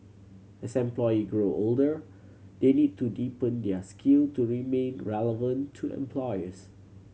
as employee grow older they need to deepen their skill to remain relevant to employers